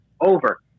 over